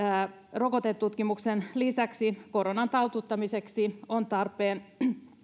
rokotetutkimuksen lisäksi koronan taltuttamiseksi on tarpeen